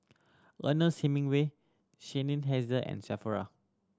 Ernest Hemingway Seinheiser and Sephora